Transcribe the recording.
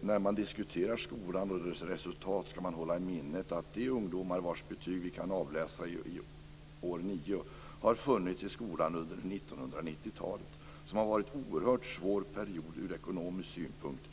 "När man diskuterar skolan och dess resultat ska man hålla i minnet att de ungdomar vars betyg vi kan avläsa år 9 har funnits i skolan under 1990-talet, som har varit en oerhört svår period ur ekonomisk synpunkt.